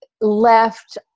left